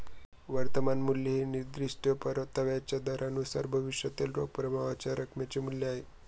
वर्तमान मूल्य हे निर्दिष्ट परताव्याच्या दरानुसार भविष्यातील रोख प्रवाहाच्या रकमेचे मूल्य आहे